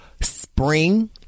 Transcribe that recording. spring